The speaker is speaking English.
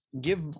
give